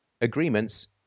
agreements